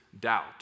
doubt